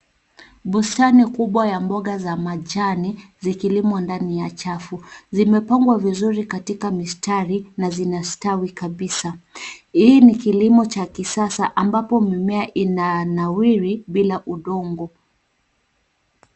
Bustani kubwa ya mboga za majani, zikilimwa ndani ya chafu. Zimepangwa vizuri katika mistari, na zinastawi kabisa. Hii ni kilimo cha kisasa ambapo mimea inanawiri bila udongo.